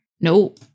No